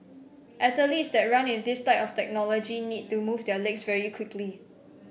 athletes that run with this type of technology need to move their legs very quickly